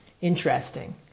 Interesting